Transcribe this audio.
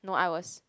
no I was